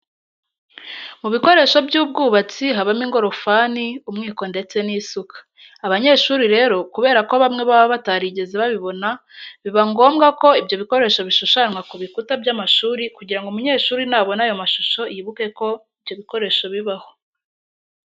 Mu bikoresho by'ubwubatsi habamo ingorofani, umwiko ndetse n'isuka. Abanyeshuri rero kubera ko bamwe baba batarigeze babinaho biba ngombwa ko ibyo bikoresho bishushanwa ku bikuta by'amashuri kugira ngo umunyeshuri nabona ayo mashusho yibuke ko ibyo bikoresho bibaho.